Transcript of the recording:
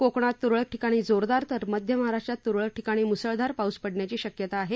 कोकणात तुरळक ठिकाणी जोरदार तर मध्य महाराष्ट्रात तुरळक ठिकाणी मुसळधार पाऊस पडण्याची शक्यता आहे